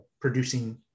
producing